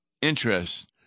interest